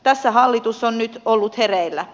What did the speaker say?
tässä hallitus on nyt ollut hereillä